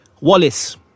Wallace